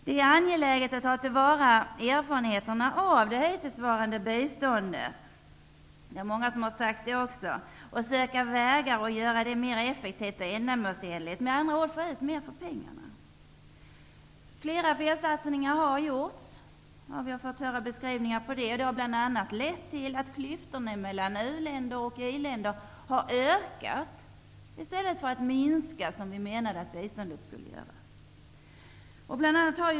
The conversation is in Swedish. Det är angeläget att ta till vara erfarenheterna av det hittillsvarande biståndet -- det är många som har sagt det också -- och söka vägar att göra det mer effektivt och ändamålsenligt. Vi måste med andra ord få ut mer för pengarna. Flera felsatsningar har gjorts. Vi har fått höra beskrivningar av det. Det har bl.a. lett till att klyftorna mellan u-länder och i-länder har ökat i stället för att minska. Vi menade ju att biståndet skulle minska klyftorna.